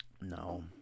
No